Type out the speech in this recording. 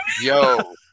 Yo